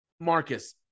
Marcus